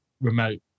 remote